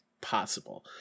Possible